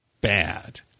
bad